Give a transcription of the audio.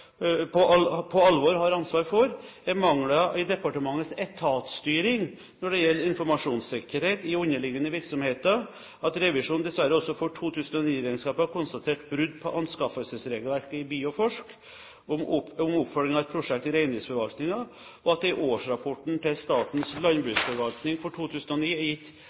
ansvar for, er mangler i departementets etatsstyring når det gjelder informasjonssikkerhet i underliggende virksomheter, at revisjonen dessverre også for 2009-regnskapet har konstatert brudd på anskaffelsesregelverket i Bioforsk, oppfølgingen av et prosjekt i Reindriftsforvaltningen, og at det i årsrapporten til Statens landbruksforvaltning for 2009 er gitt